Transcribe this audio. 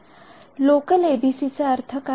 local ABC चा अर्थ काय